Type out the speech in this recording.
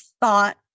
thought